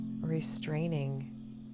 restraining